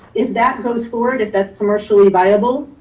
if that goes forward, if that's commercially viable,